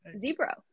Zebra